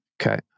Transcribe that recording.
Okay